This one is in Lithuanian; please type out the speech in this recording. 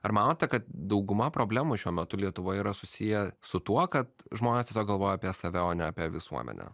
ar manote kad dauguma problemų šiuo metu lietuvoje yra susiję su tuo kad žmonės galvoja apie save o ne apie visuomenę